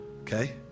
Okay